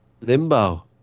Limbo